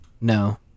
No